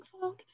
fog